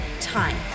time